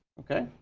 okay.